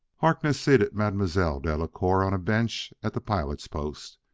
harkness seated mademoiselle delacouer on a bench at the pilot's post.